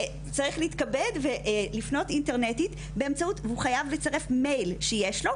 צריך להתכבד ולפנות אינטרנטית והוא חייב לצרף מייל שיש לו,